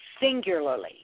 singularly